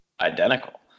identical